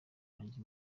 rwanjye